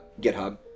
GitHub